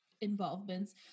involvements